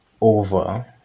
over